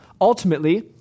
Ultimately